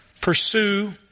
pursue